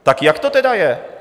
Tak jak to tedy je?